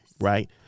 Right